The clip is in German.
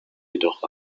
jedoch